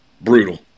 Brutal